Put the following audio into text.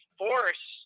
force